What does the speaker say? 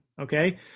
okay